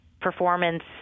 performance